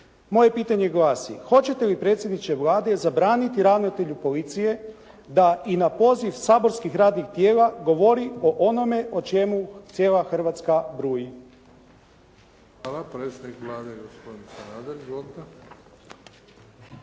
Moje pitanje glasi, hoćete li predsjedniče Vlade zabraniti ravnatelju policije da i na poziv saborskih radnih tijela govori o onome o čemu cijela Hrvatska bruji? **Bebić, Luka (HDZ)** Hvala. Predsjednik Vlade gospodin Sanader.